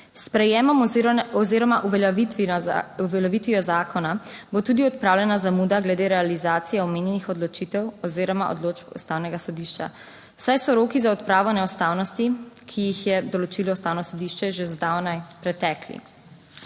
sprejetjem oziroma uveljavitvijo zakona bo tudi odpravljena zamuda glede realizacije omenjenih odločitev oziroma odločb Ustavnega sodišča, saj so roki za odpravo neustavnosti, ki jih je določilo Ustavno sodišče, že zdavnaj pretekli.